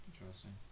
Interesting